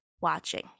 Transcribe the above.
watching